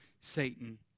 Satan